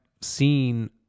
seen